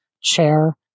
chair